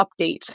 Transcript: update